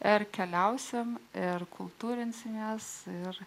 ar keliausime ir kultūrinsimės ir